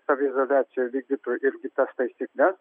saviizoliacijoj vykdytų ir kitas taisykles